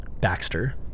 Baxter